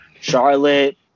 Charlotte